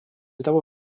того